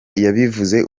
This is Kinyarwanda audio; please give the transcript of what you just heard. yabivuze